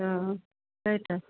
अँ त्यही त